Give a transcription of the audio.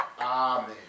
Amen